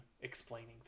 explaining